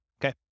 okay